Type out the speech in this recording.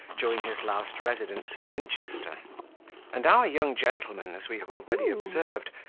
during his last residence at winchester and our young gentleman, as we have already observed,